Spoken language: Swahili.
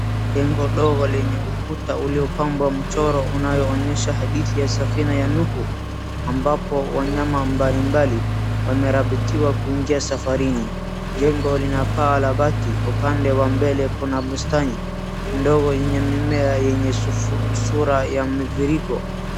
Jengo ndogo lenye ukuta uliopambwa mchoro unayoonyesha hadithi ya safina ya Nuhu, ambapo wanyama mbalimbali wamerabitiwa kuingia safarini, jengo lina paa la bati upande wa mbele kuna bustani ndogo yenye mimea yenye sura ya miviringo.